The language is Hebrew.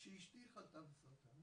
כשאשתי חלתה בסרטן,